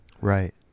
Right